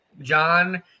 John